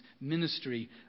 ministry